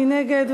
מי נגד?